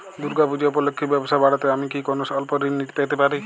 দূর্গা পূজা উপলক্ষে ব্যবসা বাড়াতে আমি কি কোনো স্বল্প ঋণ পেতে পারি?